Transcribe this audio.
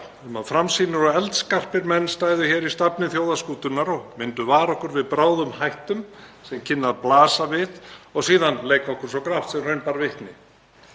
um að framsýnir og eldskarpir menn stæðu í stafni þjóðarskútunnar og myndu vara okkur við bráðum hættum sem kynnu að blasa við, sem síðan léku okkur svo grátt sem raun ber vitni.